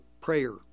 prayer